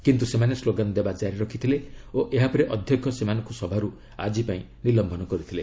କିନ୍ତୁ ସେମାନେ ସ୍କୋଗାନ ଦେବା କ୍କାରି ରଖିଥିଲେ ଓ ଏହା ପରେ ଅଧ୍ୟକ୍ଷ ସେମାନଙ୍କୁ ସଭାରୁ ଆଜି ପାଇଁ ନିଲମ୍ବନ କରିଥିଲେ